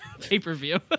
Pay-per-view